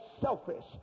selfish